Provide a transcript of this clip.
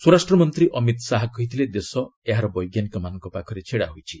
ସ୍ୱରାଷ୍ଟ୍ରମନ୍ତ୍ରୀ ଅମିତ ଶାହା କହିଥିଲେ ଦେଶ ଏହାର ବୈଜ୍ଞାନିକମାନଙ୍କ ପାଖରେ ଛିଡ୍ହୋଇଛି